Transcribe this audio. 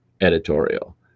editorial